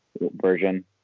version